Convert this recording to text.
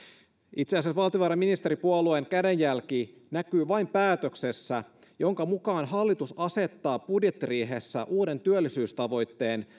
itse asiassa valtiovarainministeripuolueen kädenjälki näkyy vain päätöksessä jonka mukaan hallitus asettaa budjettiriihessä uuden työllisyystavoitteen